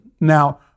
Now